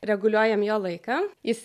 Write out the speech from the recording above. reguliuojam jo laiką jisai